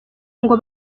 ngo